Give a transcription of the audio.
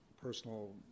personal